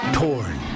torn